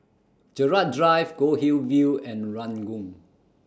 Gerald Drive Goldhill View and Ranggung